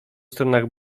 stronach